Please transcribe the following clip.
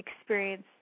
experience